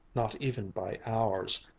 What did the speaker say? not even by ours.